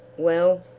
well,